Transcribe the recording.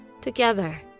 together